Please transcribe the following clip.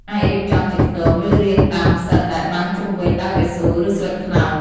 អាចរៀបចំជាខ្ទម ឬរោងដាំផ្សិតដែលបាំងជុំវិញដោយកៅស៊ូ ឬស្លឹកត្នោត។